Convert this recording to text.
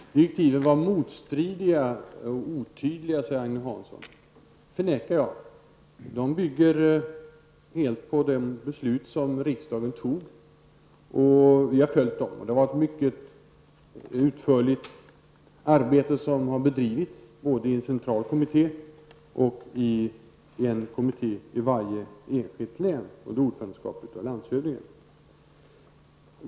Fru talman! Direktiven var motstridiga och otydliga, säger Agne Hansson. Det förnekar jag. De bygger helt på det beslut som riksdagen fattade, och regeringen har följt det. Ett mycket utförligt arbete har bedrivits, både i en central kommitté och i en kommitté i varje enskilt län under ordförandeskap av landshövdingen.